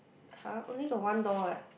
har only got one door what